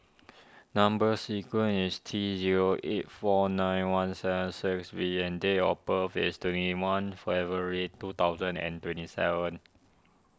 Number Sequence is T zero eight four nine one seven six V and date of birth is twenty one February two thousand and twenty seven